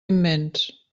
immens